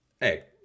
Hey